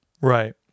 Right